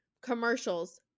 commercials